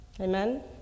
Amen